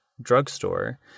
drugstore